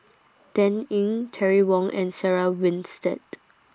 Dan Ying Terry Wong and Sarah Winstedt